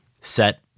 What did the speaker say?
set